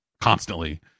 constantly